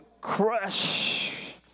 crush